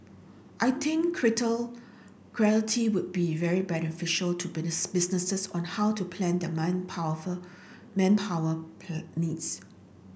I think greater clarity would be very beneficial to businesses on how to plan their man powerful manpower needs